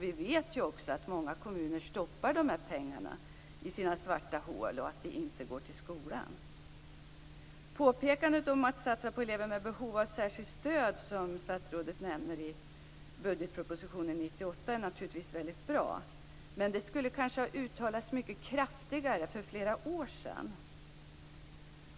Vi vet ju också att många kommuner stoppar dessa pengar i sina svarta hål och att de inte går till skolan. Påpekandet i budgetpropositionen 1998 om att satsa på elever med behov av särskilt stöd, som statsrådet nämner, är naturligtvis väldigt bra. Men det skulle kanske ha uttalats mycket kraftigare för flera år sedan.